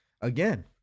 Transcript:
Again